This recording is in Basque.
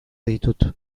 ditut